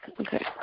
Okay